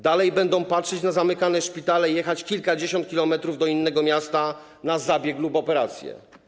Dalej będą patrzeć na zamykane szpitale i jechać kilkadziesiąt kilometrów do innego miasta na zabieg lub operację.